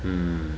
mm